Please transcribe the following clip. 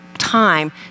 time